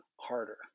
harder